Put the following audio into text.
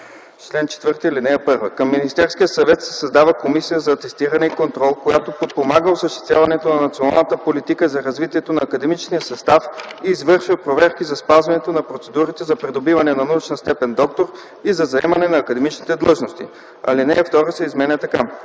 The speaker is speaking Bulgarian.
„Чл. 4. (1) Към Министерския съвет се създава Комисия за атестиране и контрол, която подпомага осъществяването на националната политика за развитието на академичния състав и извършва проверки за спазване на процедурите за придобиване на научната степен „доктор” и за заемане на академичните длъжности.” 2. Алинея 2 се изменя така: